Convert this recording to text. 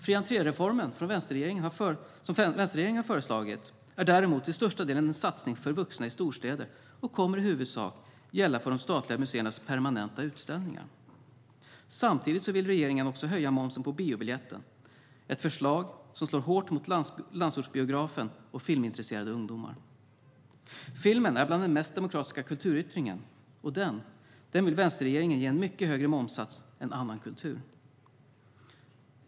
Frientré-reformen som vänsterregeringen har föreslagit är däremot till största delen en satsning för vuxna i storstäder och kommer i huvudsak att gälla för de statliga museernas permanenta utställningar. Samtidigt vill regeringen också höja momsen på biobiljetten - ett förslag som slår hårt mot landsortsbiografen och filmintresserade ungdomar. Filmen är en av de mest demokratiska kulturyttringarna. Den vill vänsterregeringen ge en mycket högre momssats än annan kultur.